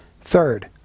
Third